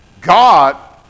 God